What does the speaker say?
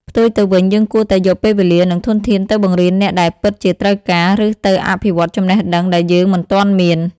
ផ្ទុយទៅវិញ យើងគួរតែយកពេលវេលា និងធនធានទៅបង្រៀនអ្នកដែលពិតជាត្រូវការ ឬទៅអភិវឌ្ឍចំណេះដឹងដែលយើងមិនទាន់មាន។